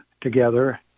together